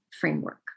framework